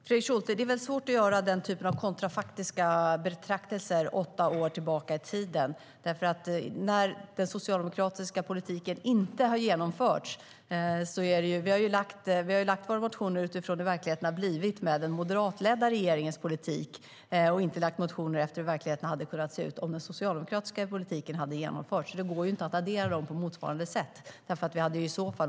STYLEREF Kantrubrik \* MERGEFORMAT Svar på interpellationerFru talman! Det är svårt, Fredrik Schulte, att göra den typen av kontrafaktiska betraktelser åtta år tillbaka i tiden. Vi har lagt våra motioner utifrån hur verkligheten har blivit med den moderatledda regeringens politik och inte utifrån hur verkligheten hade kunnat se ut om den socialdemokratiska politiken hade genomförts. Det går alltså inte att addera dem på motsvarande sätt.